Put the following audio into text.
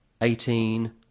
Eighteen